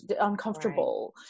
uncomfortable